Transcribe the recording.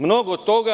Mnogo toga.